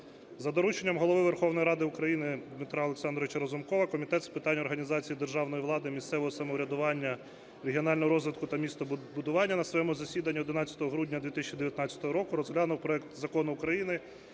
За дорученням Голови Верховної Ради України Дмитра Олександровича Разумкова Комітет з питань організації державної влади, місцевого самоврядування, регіонального розвитку та містобудування на своєму засіданні 11 грудня 2019 року розглянув проект Закону України